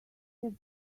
have